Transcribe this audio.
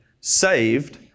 saved